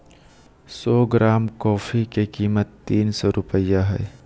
सो gram coffee के कीमत तीन सो रुपया हइ